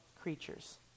creatures